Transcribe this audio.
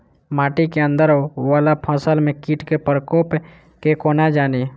माटि केँ अंदर वला फसल मे कीट केँ प्रकोप केँ कोना जानि?